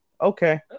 Okay